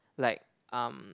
like um